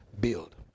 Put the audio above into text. build